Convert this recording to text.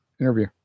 interview